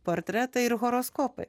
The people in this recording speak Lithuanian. portretai ir horoskopai